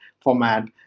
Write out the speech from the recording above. format